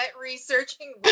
researching